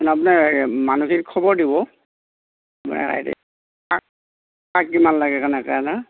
আপোনাৰ মানুহখিনিক খবৰ দিব হেৰি কাক কাক কিমান লাগে কেনেকৈ না